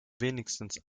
wenigstens